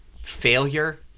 failure